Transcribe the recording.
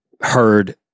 heard